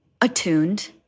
attuned